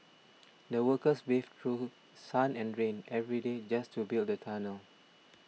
the workers braved through sun and rain every day just to build the tunnel